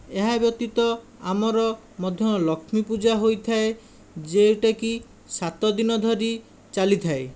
ଏହା ବ୍ୟତୀତ ଆମର ମଧ୍ୟ ଲକ୍ଷ୍ମୀପୂଜା ହୋଇଥାଏ ଯେଉଁଟାକି ସାତଦିନ ଧରି ଚାଲିଥାଏ